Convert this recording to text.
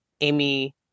Amy